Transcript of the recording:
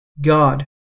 God